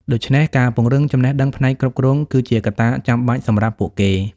ដូច្នេះ ការពង្រឹងចំណេះដឹងផ្នែកគ្រប់គ្រង គឺជាកត្តាចាំបាច់សម្រាប់ពួកគេ។